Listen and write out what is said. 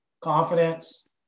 confidence